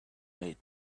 made